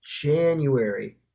January